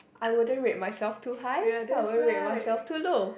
I wouldn't rate myself too high I wouldn't rate myself too low